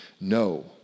No